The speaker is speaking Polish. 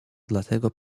dlatego